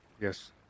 Yes